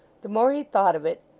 the more he thought of it,